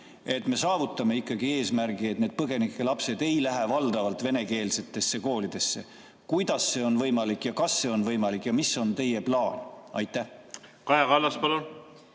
et me saavutaksime ikkagi eesmärgi, et põgenike lapsed ei läheks valdavalt venekeelsetesse koolidesse? Kuidas see on võimalik, kas see on võimalik ja mis on teie plaan? Aitäh!